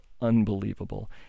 unbelievable